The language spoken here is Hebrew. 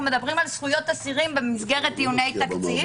מדברים בזכויות עצירים בדיוני תקציב